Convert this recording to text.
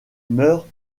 mœurs